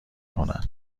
کنن